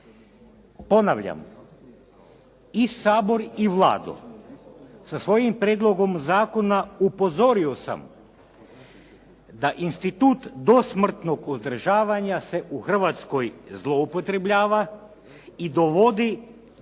ponavljam i Sabor i Vlada sa svojim prijedlogom zakona upozorio sam da institut dosmrtnog uzdržavanja se u Hrvatskoj se zloupotrebljava i dovodi do